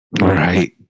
Right